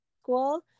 school